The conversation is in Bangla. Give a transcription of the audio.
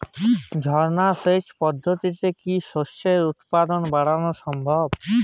ঝর্না সেচ পদ্ধতিতে কি শস্যের উৎপাদন বাড়ানো সম্ভব?